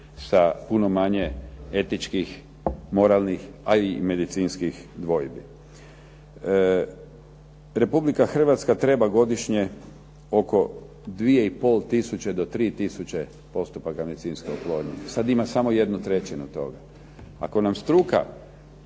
sa puno manje etičkih, moralnih, a i medicinskih dvojbi. Republika Hrvatska treba godišnje oko 2 i pol tisuće do 3 tisuće postupaka medicinske oplodnje. Sad ima samo jednu trećinu toga. Ako nam struka